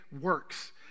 works